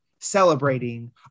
celebrating